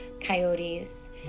coyotes